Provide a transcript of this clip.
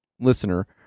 listener